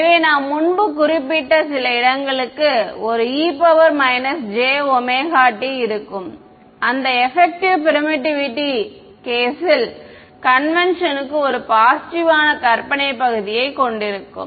எனவே நான் முன்பு குறிப்பிட்ட சில இடங்களுக்கு ஒரு e jωt இருக்கும் அந்த எபக்ட்டிவ் பெர்மிட்டிவிட்டி கேஸ் ல் கன்வென்ட்ஷன் க்கு ஒரு பாசிட்டிவ் ஆன கற்பனை பகுதியைக் கொண்டிருக்கும்